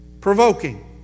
provoking